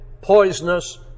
Poisonous